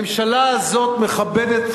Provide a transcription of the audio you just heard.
הממשלה הזאת מכבדת,